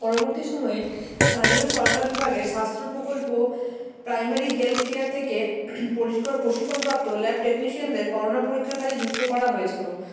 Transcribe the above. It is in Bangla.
পরবর্তী সময়ে স্থানীয় সরকার বিভাগে স্বাস্থ্য প্রকল্প প্রাইমারি হেলথকেয়ার থেকে পরিষ্কার প্রশিক্ষণপ্রাপ্ত ল্যাব টেকনিসিয়ানদের করোনা পরীক্ষাকালে যুক্ত করা হয়েছিল